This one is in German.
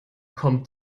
kommt